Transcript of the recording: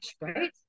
right